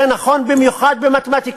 זה נכון במיוחד במתמטיקה,